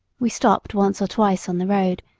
we stopped once or twice on the road,